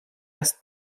است